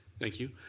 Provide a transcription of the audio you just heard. thank you.